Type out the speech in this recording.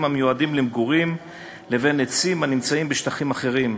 המיועדים למגורים לבין עצים הנמצאים בשטחים אחרים,